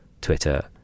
Twitter